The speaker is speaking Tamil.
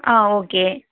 ஆ ஓகே